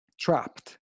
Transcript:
trapped